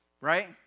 Right